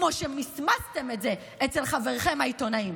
כמו שמסמסתם את זה אצל חבריכם העיתונאים.